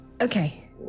Okay